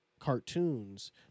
cartoons